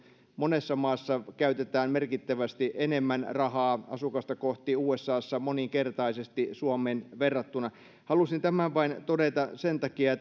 monessa maassa käytetään merkittävästi enemmän rahaa asukasta kohti usassa moninkertaisesti suomeen verrattuna halusin tämän vain todeta sen takia